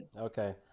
Okay